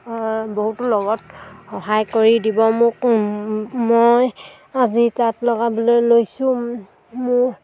বহুতো লগত সহায় কৰি দিব মোক মই আজি তাঁত লগাবলৈ লৈছোঁ মোৰ